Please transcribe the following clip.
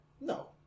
No